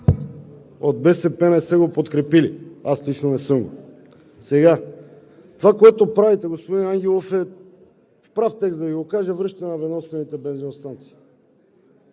от БСП не са го подкрепили, аз лично не съм. Това, което правите, господин Ангелов, в прав текст да Ви го кажа, е връщане на ведомствените бензиностанции